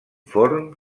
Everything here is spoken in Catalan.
forn